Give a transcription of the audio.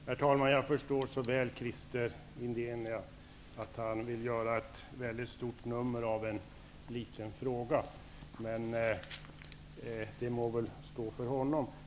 Herr talman! Jag förstår så väl att Christer Windén vill göra ett väldigt stort nummer av en liten fråga, och det må stå för honom.